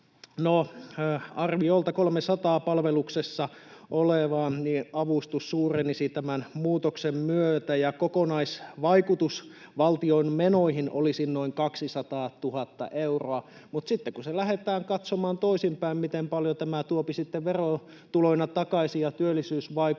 arviolta 300:n palveluksessa olevan avustus suurenisi tämän muutoksen myötä, ja kokonaisvaikutus valtion menoihin olisi noin 200 000 euroa. Mutta sitten kun sitä lähdetään katsomaan toisin päin, että miten paljon tämä tuopi sitten verotuloina ja työllisyysvaikutuksina